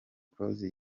close